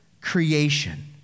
creation